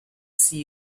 see